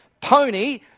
pony